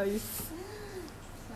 算了啦 I give up